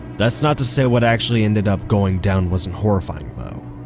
that's not to say what actually ended up going down wasn't horrifying though.